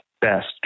best